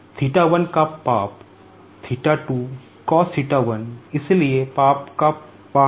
अब theta 1 का पाप theta 2 cos theta 1 इसलिए पाप का पाप